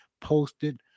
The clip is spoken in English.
posted